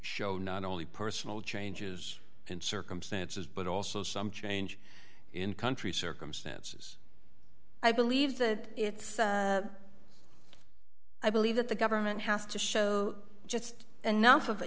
show not only personal changes in circumstances but also some change in country circumstances i believe that it's i believe that the government has to show just enough of a